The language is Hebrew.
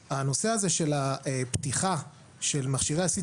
הנושא הזה של הפתיחה של מכשירי ה-CT